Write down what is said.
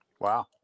Wow